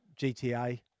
GTA